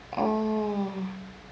oh